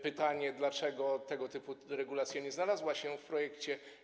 Pytanie: Dlaczego tego typu regulacja nie znalazła się w projekcie?